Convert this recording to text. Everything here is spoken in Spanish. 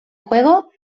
juego